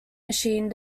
machine